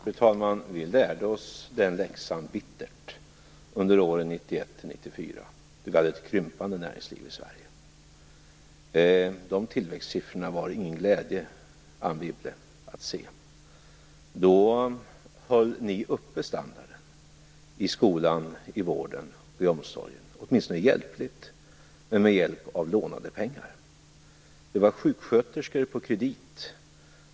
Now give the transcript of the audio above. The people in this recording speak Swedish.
Fru talman! Vi lärde oss den läxan bittert under åren 1991-1994, då vi hade ett krympande näringsliv i Sverige. De tillväxtsiffrorna var det ingen glädje att se, Anne Wibble. Då höll ni åtminstone hjälpligt uppe standarden i skolan, i vården och i omsorgen med hjälp av lånade pengar. Det var sjuksköterskor på kredit.